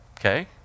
Okay